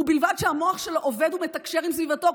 ובלבד שהמוח שלו עובד ומתקשר עם סביבתו.